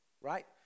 right